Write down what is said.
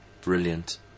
brilliant